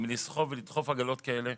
מלסחוב ולדחוף עגלות כאלה.